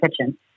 Kitchen